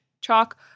chalk